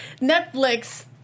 Netflix